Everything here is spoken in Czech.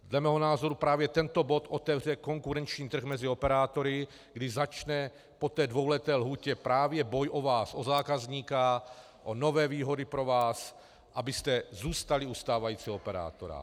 Dle mého názoru právě tento bod otevře konkurenční trh mezi operátory, kdy začne po té dvouleté lhůtě právě boj o vás, o zákazníka, o nové výhody pro vás, abyste zůstali u stávajícího operátora.